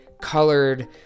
colored